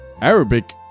Arabic